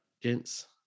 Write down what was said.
gents